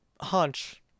hunch